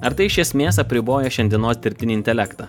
ar tai iš esmės apriboja šiandienos dirbtinį intelektą